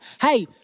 hey